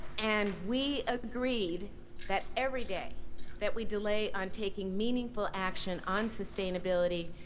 and we agreed that every day that we delay on taking meaningful action on sustainability,